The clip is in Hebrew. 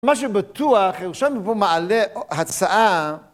משהו בטוח, איך הוא שם הוא מעלה הצעה